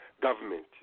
government